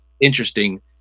interesting